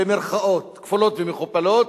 במירכאות כפולות ומכופלות,